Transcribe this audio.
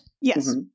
Yes